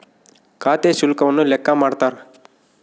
ಖಾತೆ ಶುಲ್ಕವನ್ನು ಲೆಕ್ಕ ಮಾಡ್ತಾರ